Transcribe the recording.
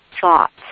thoughts